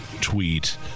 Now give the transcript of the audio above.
tweet